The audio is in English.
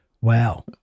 Wow